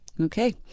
Okay